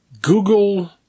Google